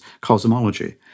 cosmology